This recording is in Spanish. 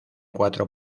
cuatro